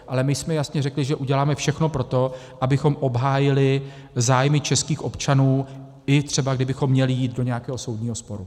Ale my jsme jasně řekli, že uděláme všechno pro to, abychom obhájili zájmy českých občanů, i třeba kdybychom měli jít do nějakého soudního sporu.